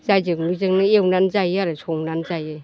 जायजोंनो मिजोंनो एवनानै जायो आरो संनानै जायो